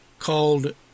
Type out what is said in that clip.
called